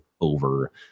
over